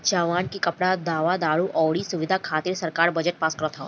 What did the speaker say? जवान के कपड़ा, खाना, दवा दारु अउरी सब सुबिधा खातिर सरकार बजट पास करत ह